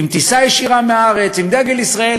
בטיסה ישירה מהארץ, עם דגל ישראל.